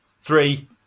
Three